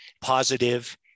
positive